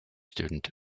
student